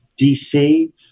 dc